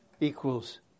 equals